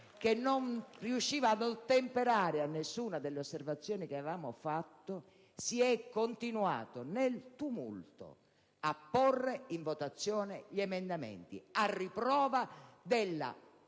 che non riusciva ad ottemperare a nessuna delle osservazioni che avevamo fatto, si è continuato nel tumulto a porre in votazione gli emendamenti, a riprova della